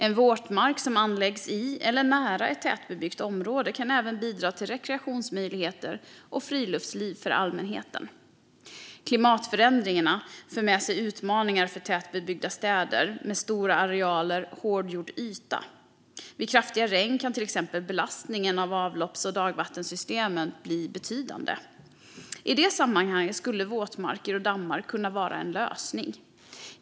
En våtmark som anläggs i eller nära ett tätbebyggt område kan även bidra till rekreationsmöjligheter och friluftsliv för allmänheten. Klimatförändringarna för med sig utmaningar för tätbebyggda städer med stora arealer hårdgjord yta. Vid kraftiga regn kan till exempel belastningen på avlopps och dagvattensystemen bli betydande. I det sammanhanget skulle våtmarker och dammar kunna vara en lösning.